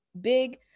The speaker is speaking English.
big